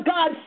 God